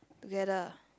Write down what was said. together